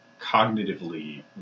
Cognitively